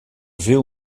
viel